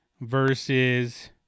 versus